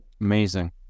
Amazing